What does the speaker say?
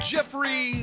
Jeffrey